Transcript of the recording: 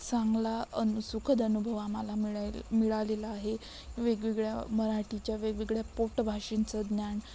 चांगला अनु सुखद अनुभव आम्हाला मिळायला मिळालेला आहे वेगवेगळ्या मराठीच्या वेगवेगळ्या पोटभाषांचं ज्ञान